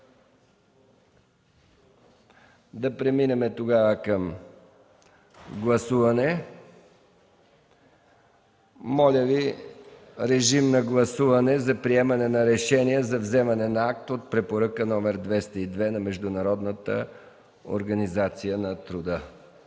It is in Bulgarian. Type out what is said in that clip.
да преминем към гласуване. Моля, гласувайте за приемане на решение за вземане на акт от Препоръка № 202 на Международната организация на труда.